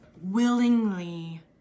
willingly